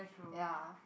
ya